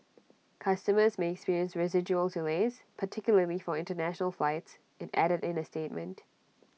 customers may experience residual delays particularly for International flights IT added in A statement